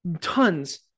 tons